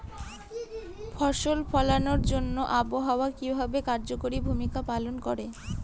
ফসল ফলানোর জন্য আবহাওয়া কিভাবে কার্যকরী ভূমিকা পালন করে?